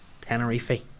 Tenerife